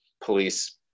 police